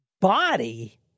body